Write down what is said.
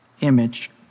image